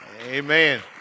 Amen